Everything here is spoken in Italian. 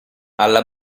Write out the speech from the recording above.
alla